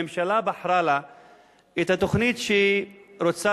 הממשלה בחרה לה את התוכנית שהיא רוצה